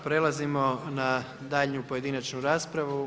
Prelazimo na daljnju pojedinačnu raspravu.